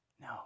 No